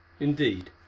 Indeed